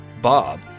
Bob